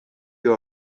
you